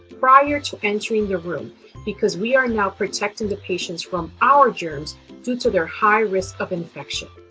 prior to entering the room because we are now protecting the patient from our germs due to their high risk of infection.